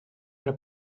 era